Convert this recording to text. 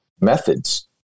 methods